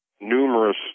numerous